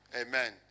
amen